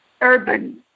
urban